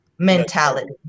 mentality